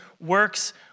works